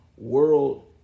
World